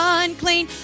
unclean